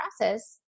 process